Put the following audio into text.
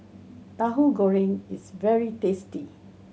Tahu Goreng is very tasty